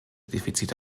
defizite